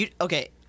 okay